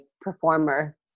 performer